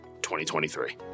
2023